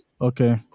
okay